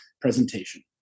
presentation